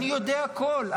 אני יודע הכול,